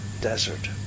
desert